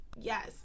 Yes